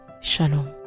Shalom